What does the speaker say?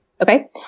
Okay